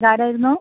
ഇത് ആരായിരുന്നു